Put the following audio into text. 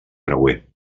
creuer